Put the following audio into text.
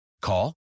Call